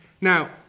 Now